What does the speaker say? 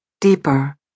deeper